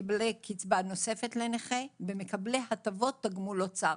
מקבלי קצבה נוספת לנכה ומקבלי הטבות תגמול אוצר.